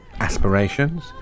aspirations